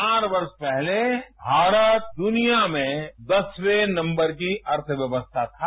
चार वर्ष पहले भारत दुनिया में दसवें नम्बर की अर्थव्यवस्था थी